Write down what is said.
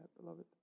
beloved